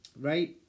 right